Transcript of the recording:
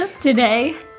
Today